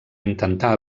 intentar